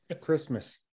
christmas